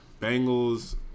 Bengals